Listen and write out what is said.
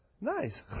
Nice